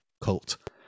cult